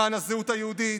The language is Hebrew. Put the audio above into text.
למען הזהות היהודית,